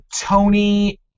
Tony